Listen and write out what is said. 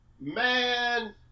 Man